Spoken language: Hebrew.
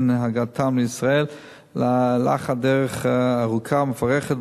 הגעתם לישראל לאחר דרך ארוכה ומפרכת,